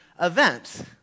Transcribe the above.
event